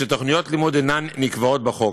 שתוכניות לימוד אינן נקבעות בחוק.